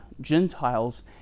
Gentiles